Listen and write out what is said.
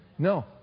No